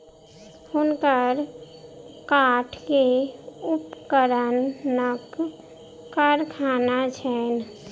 हुनकर काठ के उपकरणक कारखाना छैन